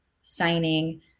signing